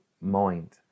mind